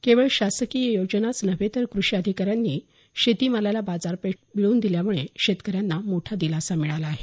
केवळ शासकीय योजनाच नव्हे तर क्रषी अधिकाऱ्यांनी शेती मालाला बाजारपेठ करून दिल्यामुळे शेतकऱ्यांना मोठा दिलासा मिळाला आहे